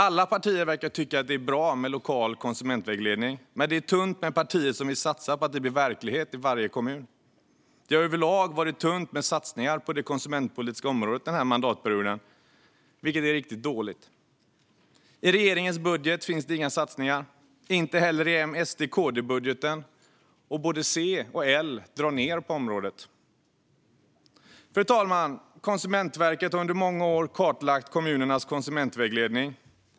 Alla partier verkar tycka att det är bra med lokal konsumentvägledning, men det är tunt med partier som vill satsa på att det blir verklighet i varje kommun. Det har överlag varit tunt med satsningar på det konsumentpolitiska området denna mandatperiod, vilket är riktigt dåligt. I regeringens budget finns det inga satsningar, inte heller i M-SD-KD-budgeten. Och både C och L drar ned på området. Fru talman! Konsumentverket har under många år kartlagt kommunernas konsumentvägledning.